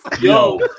Yo